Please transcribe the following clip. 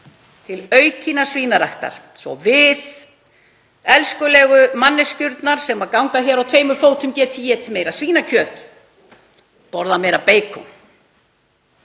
til aukinnar svínaræktar svo við, elskulegu manneskjurnar sem ganga hér á tveimur fótum, getum étið meira svínakjöt, borðað meira beikon.